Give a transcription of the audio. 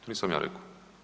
To nisam ja rekao.